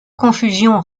confusion